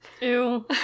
Ew